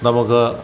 നമുക്ക്